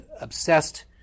obsessed